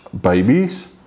Babies